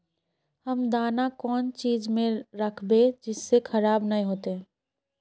हम दाना कौन चीज में राखबे जिससे खराब नय होते?